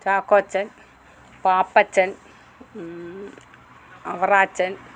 Chackochan Pappachan Avarachan